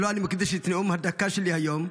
שלו אני מקדיש את נאום הדקה שלי היום,